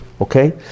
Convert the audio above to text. Okay